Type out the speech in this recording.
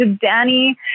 Danny